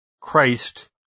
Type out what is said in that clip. Christ